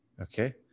okay